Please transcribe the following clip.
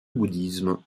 bouddhisme